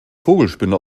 vogelspinne